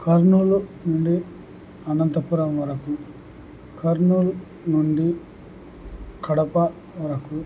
కర్నూలు నుండి అనంతపురం వరకు కర్నూల్ నుండి కడప వరకు